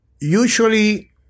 Usually